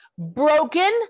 Broken